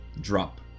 drop